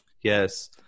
yes